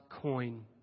coin